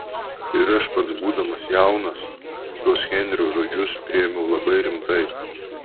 ir aš pats būdamas jaunas šiuos henrio žodžius priėmiau labai rimtai